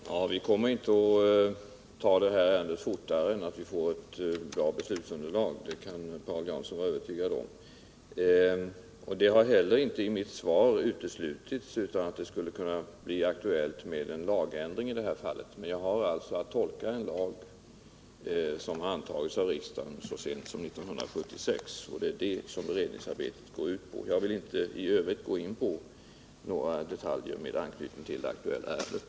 Herr talman! Vi kommer inte att behandla detta ärende fortare än att vi får ett bra beslutsunderlag. Det kan Paul Jansson vara övertygad om. Det har inte heller i mitt svar uteslutits att det skulle kunna bli aktuellt med en lagändring i detta fall. Men jag har som bekant att tolka en lag som har antagits av riksdagen så sent som 1976. Det är det som beredningsarbetet går ut på. Jag vill i övrigt inte gå in på några detaljer med anknytning till det aktuella ärendet.